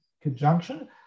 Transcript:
conjunction